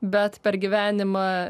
bet per gyvenimą